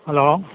hello